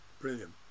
Brilliant